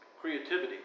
creativity